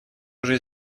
уже